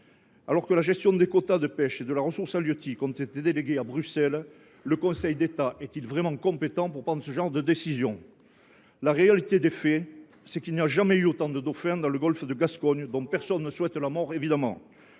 Alors que la gestion des quotas de pêche et de la ressource halieutique a été déléguée à Bruxelles, le Conseil d’État est il vraiment compétent pour prendre ce type de décisions ? La réalité des faits, c’est qu’il n’y a jamais eu autant de dauphins, dont personne évidemment ne souhaite la mort, dans